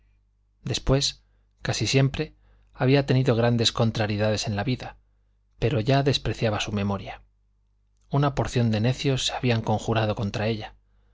después casi siempre había tenido grandes contrariedades en la vida pero ya despreciaba su memoria una porción de necios se habían conjurado contra ella